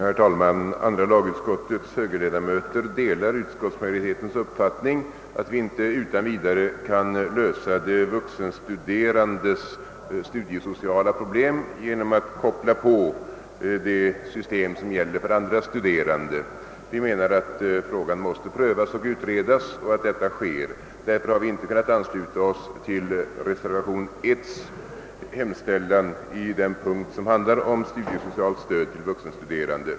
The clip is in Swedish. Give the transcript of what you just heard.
Herr talman! Andra lagutskottets högerledamöter delar utskottsmajoritetens uppfattning att vi inte utan vidare kan lösa de vuxenstuderandes studiesociala problem genom att koppla in det system som gäller för andra studerande. Vi menar att frågan bör prövas och utredas. Vi har därför inte kunnat ansluta oss till hemställan i reservationen I under det moment som handlar om studiesocialt stöd till vuxenstuderande.